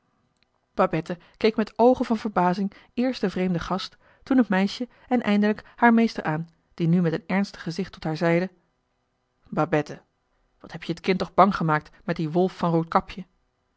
babette keek met oogen van verbazing eerst den vreemden gast toen het meisje en eindelijk haar meester aan die nu met een ernstig gezicht tot haar zeide babette wat heb-je het kind toch bang gemaakt met dien wolf van roodkapje